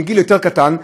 מגיל יותר קטן,